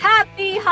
Happy